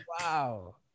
wow